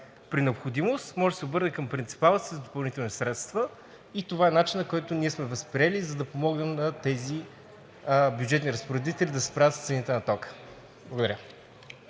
при необходимост може да се обърне към принципала си за допълнителни средства и това е начинът, който ние сме възприели, за да помогнем на тези бюджетни разпоредители да се справят с цените на тока. Благодаря.